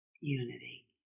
unity